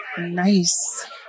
nice